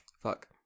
fuck